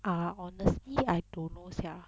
ah honestly I don't know sia